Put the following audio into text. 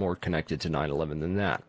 more connected to nine eleven than that